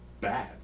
bad